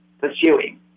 pursuing